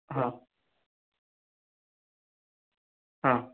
हां हां